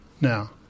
now